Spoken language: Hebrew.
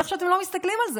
איך שאתם לא מסתכלים על זה,